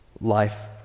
life